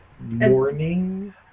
morning